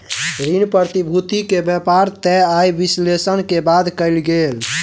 ऋण प्रतिभूति के व्यापार तय आय विश्लेषण के बाद कयल गेल